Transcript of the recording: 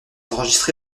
enregistré